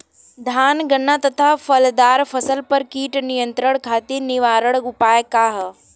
धान गन्ना तथा फलदार फसल पर कीट नियंत्रण खातीर निवारण उपाय का ह?